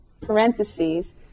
parentheses